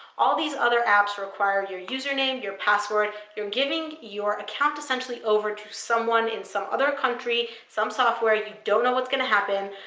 all these other apps require your username, your password. you're giving your account, essentially, over to someone in some other country, some software. you don't know what's going to happen.